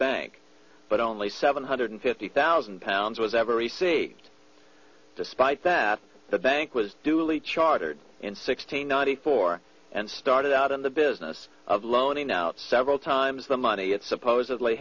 bank but only seven hundred fifty thousand pounds was ever received despite that the bank was duly chartered in sixteen ninety four and started out in the business of loaning out several times the money it supposedly